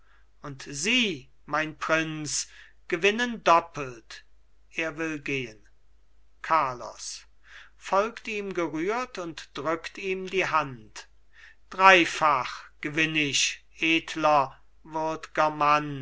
und sie mein prinz gewinnen doppelt er will gehen carlos folgt ihm gerührt und drückt ihm die hand dreifach gewinn ich edler